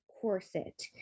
corset